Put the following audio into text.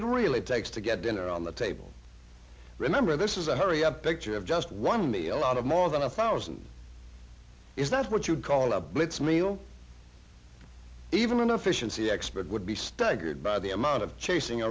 it really takes to get dinner on the table remember this is a hurry up picture of just one me a lot of more than a thousand if that's what you call a blitz meal even a fish and sea expert would be staggered by the amount of chasing